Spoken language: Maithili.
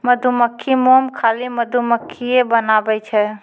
मधुमक्खी मोम खाली मधुमक्खिए बनाबै छै